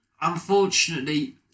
Unfortunately